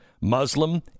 muslim